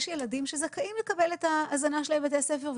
יש ילדים שזכאים לקבל את ההזנה בבתי הספר,